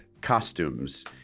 Costumes